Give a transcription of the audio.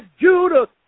Judah